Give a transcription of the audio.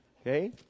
Okay